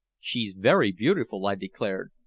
she's very beautiful! i declared,